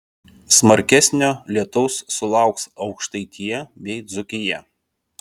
smarkesnio lietaus sulauks aukštaitija bei dzūkija